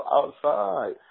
outside